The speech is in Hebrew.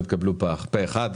התקנות התקבלו פה אחד.